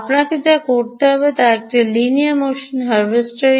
আপনার যা করতে হবে তা হল এটি লিনিয়ার মোশন হারভেস্টার